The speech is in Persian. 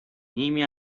نیمی